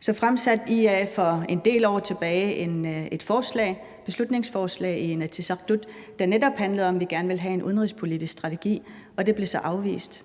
Så fremsatte IA for en del år tilbage et beslutningsforslag i Inatsisartut, der netop handlede om, at vi gerne ville have en udenrigspolitisk strategi, og det blev så afvist